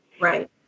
Right